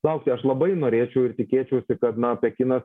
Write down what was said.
laukti aš labai norėčiau ir tikėčiausi kad na pekinas